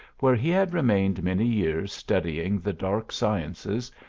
where he had remained many years studying the dark sciences,